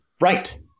Right